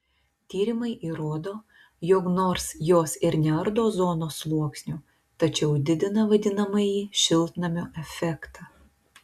tyrimai įrodo jog nors jos ir neardo ozono sluoksnio tačiau didina vadinamąjį šiltnamio efektą